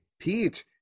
Pete